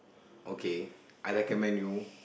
okay I recommend you